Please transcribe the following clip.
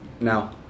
Now